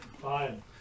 fine